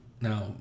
Now